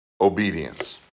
obedience